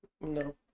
No